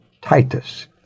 Titus